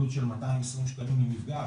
עלות של 220 שקלים למפגש,